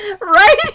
Right